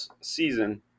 season